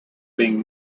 being